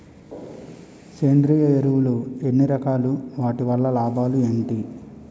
సేంద్రీయ ఎరువులు ఎన్ని రకాలు? వాటి వల్ల లాభాలు ఏంటి?